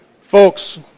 Folks